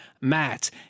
Matt